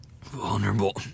vulnerable